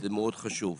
זה חשוב מאוד.